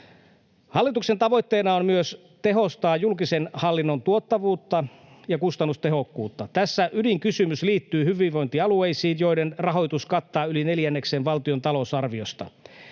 Hallituksen tavoitteena on myös tehostaa julkisen hallinnon tuottavuutta ja kustannustehokkuutta. Tässä ydinkysymys liittyy hyvinvointialueisiin, joiden rahoitus kattaa yli neljänneksen valtion talousarviosta.